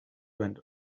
went